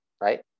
right